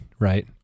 right